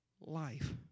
life